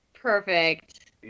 Perfect